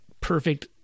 perfect